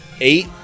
eight